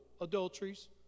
adulteries